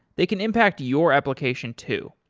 they can impact your application too.